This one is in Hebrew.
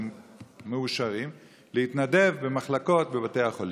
מאושרים להתנדב במחלקות בבתי החולים?